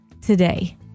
today